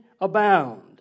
abound